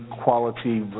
quality